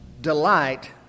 delight